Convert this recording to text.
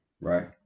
right